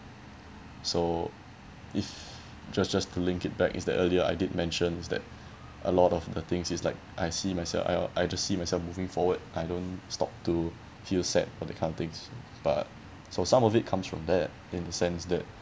so if just just to link it back is that earlier I did mention is that a lot of the things is like I see myself I I just see myself moving forward I don't stop to feel sad all that kind of things but so some of it comes from there in the sense that